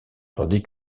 tandis